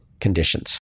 conditions